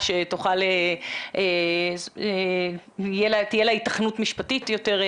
הצעה שתהיה לה התכנות משפטית יותר,